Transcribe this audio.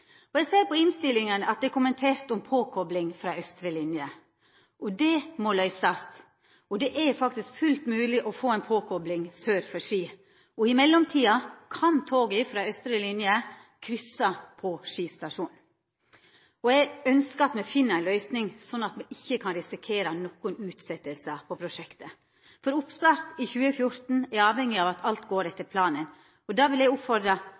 miljøeffekt. Eg ser av innstillinga at det er kommentert om påkopling frå austre linje. Det må ein løysa. Det er faktisk fullt mogleg å få laga ei påkopling sør for Ski. I mellomtida kan toga frå austre linje kryssa på Ski stasjon. Eg ønskjer at me finn ei løysing slik at me ikkje risikerer nokre utsetjingar på prosjektet. For oppstart i 2014 er avhengig av at alt går etter planen. Eg vil oppmoda alle politiske parti, både frå Østfold og